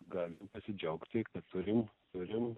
galime pasidžiaugti kad turime turime